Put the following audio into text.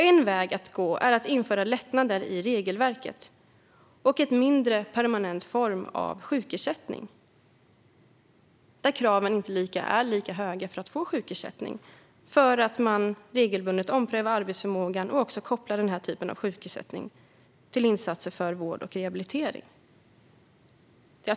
En väg att gå är att införa lättnader i regelverket och en mindre permanent form av sjukersättning, där kraven för att få ersättning inte är lika höga eftersom man regelbundet omprövar arbetsförmågan och kopplar denna ersättning till insatser för vård och rehabilitering.